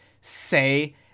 say